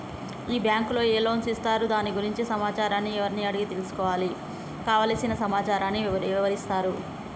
ఈ బ్యాంకులో ఏ లోన్స్ ఇస్తారు దాని గురించి సమాచారాన్ని ఎవరిని అడిగి తెలుసుకోవాలి? కావలసిన సమాచారాన్ని ఎవరిస్తారు?